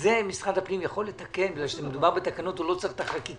זה משרד הפנים יכול לתקן כי מדובר בתקנות והוא לא צריך את החקיקה.